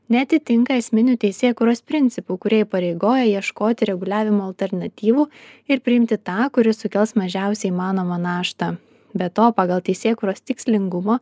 neatitinka esminių teisėkūros principų kurie įpareigoja ieškoti reguliavimo alternatyvų ir priimti tą kuris sukels mažiausią įmanomą naštą be to pagal teisėkūros tikslingumo